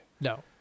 no